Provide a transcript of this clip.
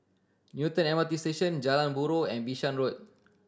Newton M R T Station Jalan Buroh and Bishan Road